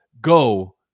go